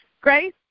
grace